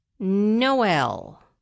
Noel